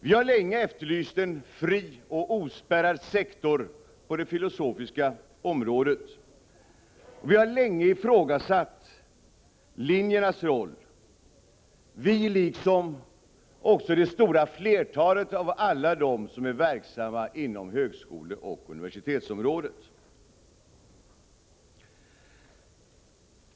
Vi har länge efterlyst en fri och ospärrad sektor på det filosofiska området, och vi har länge ifrågasatt linjernas roll — vi liksom också det stora flertalet av alla dem som är verksamma inom högskoleoch universitetsområdet.